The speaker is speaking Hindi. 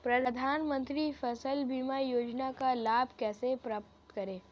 प्रधानमंत्री फसल बीमा योजना का लाभ कैसे प्राप्त करें?